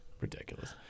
Ridiculous